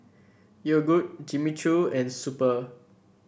Yogood Jimmy Choo and Super